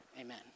Amen